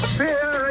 fear